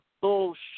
bullshit